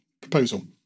proposal